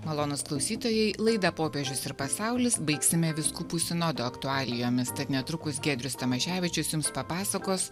malonūs klausytojai laidą popiežius ir pasaulis baigsime vyskupų sinodo aktualijomis tad netrukus giedrius tamaševičius jums papasakos